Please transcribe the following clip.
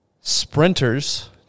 sprinters